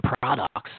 products